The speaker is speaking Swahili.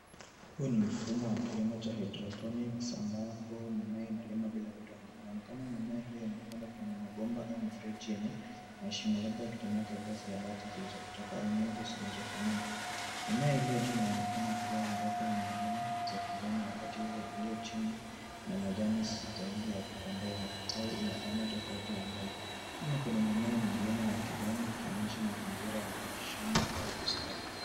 Huu ni mfumo wa kilimo cha hydroponics ambapo mimea inalimwa bila udongo. Inaonekana mimea hii imepandwa kwenye mabomba au mifereji yenye mashimo labda wakitumia karatasi za mabati zilizopotoka yenye nyenzo zinazofanana. Mimea iliyo juu inaonekana kuwa mboga nyingine za kijani wakati ile iliyo chini ina majani zaidi ya kupendeza au ina aina tofauti ya mboga. Nyuma kuna mimea mingine ya kijani ikionyesha mazingira ya mashamba au bustani.